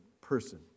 person